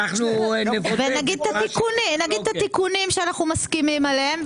נגיד את התיקונים שאנחנו מסכימים עליהם,